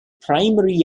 primary